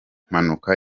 mpanuka